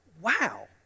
Wow